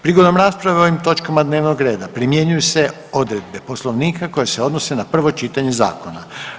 Prigodom rasprave o ovim točkama dnevnog reda primjenjuju se odredbe Poslovnika koje se odnose na prvo čitanje zakona.